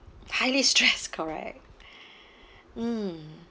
highly stressed correct mm